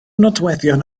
nodweddion